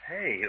Hey